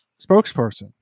spokesperson